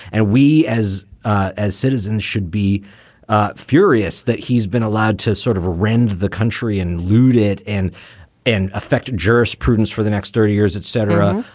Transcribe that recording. and we as ah as citizens should be furious that he's been allowed to sort of rend the country and looted and in effect, jurisprudence for the next thirty years, etc.